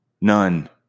None